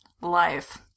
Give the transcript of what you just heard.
Life